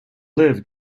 live